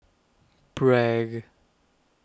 Bragg